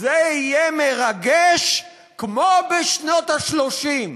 "זה יהיה מרגש כמו בשנות ה-30".